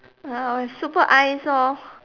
uh super eyes orh